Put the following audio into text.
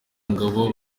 ngabo